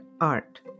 art